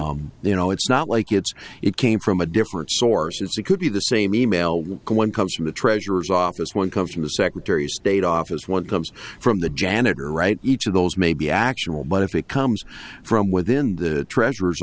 all you know it's not like it's it came from a different source is it could be the same e mail one comes from the treasurer's office one comes from the secretary of state office one comes from the janitor right each of those may be actual but if it comes from within the treasure